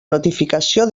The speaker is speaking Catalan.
notificació